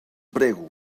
prego